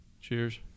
Cheers